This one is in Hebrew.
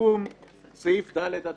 לסיכום אדוני,